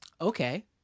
okay